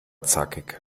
zackig